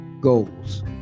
goals